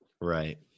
Right